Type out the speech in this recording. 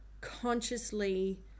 consciously